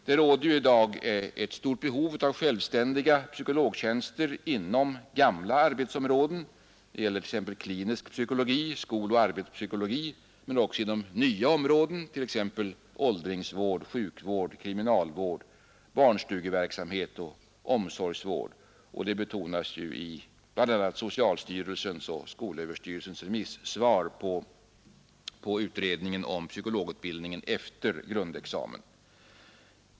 Det råder i dag stort behov av självständiga psykologtjänster inom gamla arbetsområden =— det gäller t.ex. klinisk psykologi, skoloch arbetspsykologi — men också inom nya områden, t.ex. åldringsvård, sjukvård, kriminalvård, barnstugeverksamhet och omsorgsvård, såsom det betonas i bl a. socialstyrelsens och skolöverstyrelsens remissvar på utredningen om psykologutbildningen efter grundexamen.